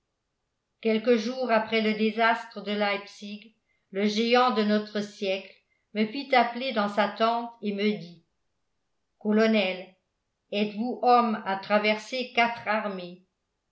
quelques jours après le désastre de leipzig le géant de notre siècle me fit appeler dans sa tente et me dit colonel êtes-vous homme à traverser quatre armées